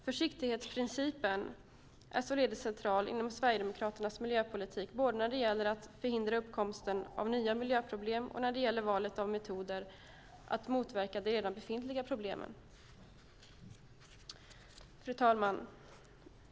Försiktighetsprincipen är således central inom Sverigedemokraternas miljöpolitik både när det gäller att förhindra uppkomsten av nya miljöproblem och när det gäller valet av metoder för att motverka de redan befintliga problemen. Fru talman!